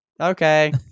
Okay